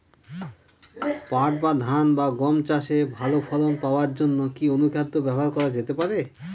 পাট বা ধান বা গম চাষে ভালো ফলন পাবার জন কি অনুখাদ্য ব্যবহার করা যেতে পারে?